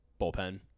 Bullpen